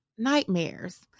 nightmares